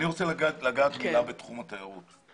אני רוצה לגעת במילה בתחום התיירות.